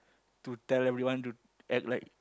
to tell everyone to act like